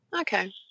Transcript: Okay